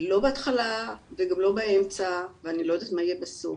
לא בהתחלה וגם לא באמצע ואני לא יודעת מה יהיה בסוף.